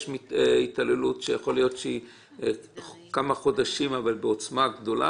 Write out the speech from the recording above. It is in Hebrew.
יש התעללות שהיא רק כמה חודשים אבל בעוצמה גדולה